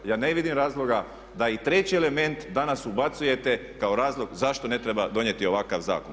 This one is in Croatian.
Ja ne vidim razloga da i treći element danas ubacujete kao razlog zašto ne treba donijeti ovakav zakon.